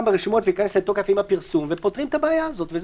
ברשומות וייכנס לתוקף עם הפרסום ופותרים את הבעיה הזו וזהו?